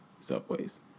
subways